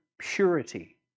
purity